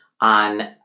on